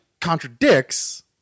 contradicts